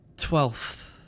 twelfth